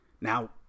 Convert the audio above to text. Now